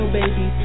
baby